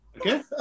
Okay